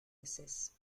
veces